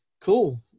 cool